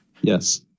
Yes